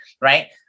Right